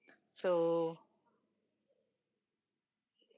so